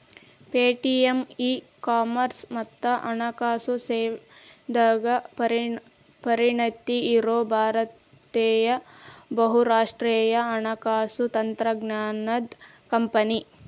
Paytm e commerce ಮತ್ತ ಹಣಕಾಸು ಸೇವೆದಾಗ ಪರಿಣತಿ ಇರೋ ಭಾರತೇಯ ಬಹುರಾಷ್ಟ್ರೇಯ ಹಣಕಾಸು ತಂತ್ರಜ್ಞಾನದ್ ಕಂಪನಿ